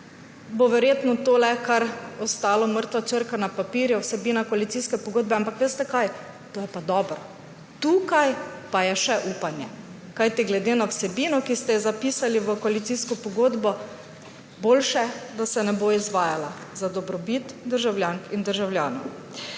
bo verjetno tole kar ostalo mrtva črka na papirju, vsebina koalicijske pogodbe. Ampak veste, kaj? To je pa dobro. Tukaj pa je še upanje. Kajti glede na vsebino, ki ste jo zapisali v koalicijsko pogodbo, boljše, da se ne bo izvajala, za dobrobit državljank in državljanov.